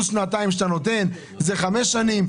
ופלוס שנתיים זה חמש שנים.